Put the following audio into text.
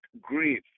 grief